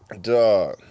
Duh